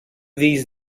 these